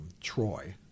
Troy